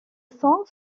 songs